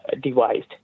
devised